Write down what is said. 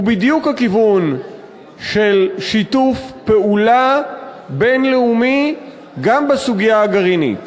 הוא בדיוק הכיוון של שיתוף פעולה בין-לאומי גם בסוגיה הגרעינית.